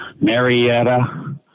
Marietta